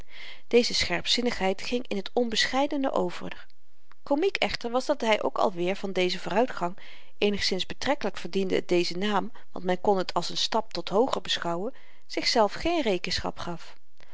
deze scherpzinnigheid ging in t onbescheidene over komiek echter was het dat hy ook alweer van dezen vooruitgang eenigszins betrekkelyk verdiende het dezen naam want men kon t als n stap tot hooger beschouwen zichzelf geen rekenschap gaf